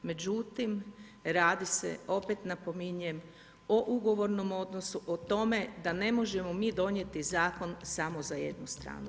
Međutim, radi se, opet napominjem, o ugovornom odnosu, o tome da ne možemo mi donijeti zakon samo za jednu stranu.